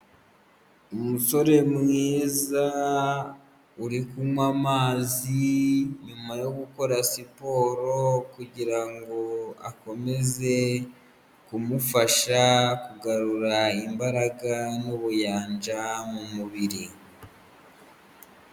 Umusore mwiza uri kunywa amazi, nyuma yo gukora siporo kugira akomeze kumufasha kugarura imbaraga n'ubuyanja mu mubiri.